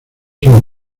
son